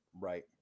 right